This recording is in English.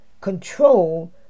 control